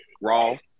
Ross